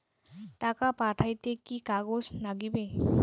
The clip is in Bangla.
টাকা পাঠাইতে কি কাগজ নাগীবে?